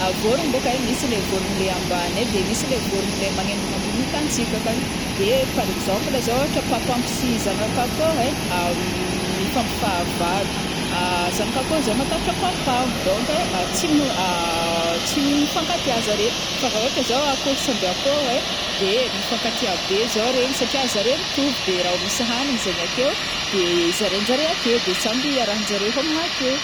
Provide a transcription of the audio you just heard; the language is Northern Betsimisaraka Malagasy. Vorogno bonko ai misy le vorona le ambany ai de misy le vorogno le magnembana ambony hitantsika akagny de par exemple zao a ôhatra papango sy zagnakakoha ai mifampifahavalo zanakakoha zao matahotra papango donc tsy m- tsy mifankatia zare fa ra ôhatra zao akoho samby akoho ai de mifankatia be zao regny satria zare mitovy de ra misy hanigny zegny ake de zarainjare ake samby hiaranjare homagna ake.